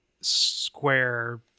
Square